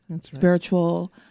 spiritual